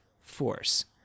force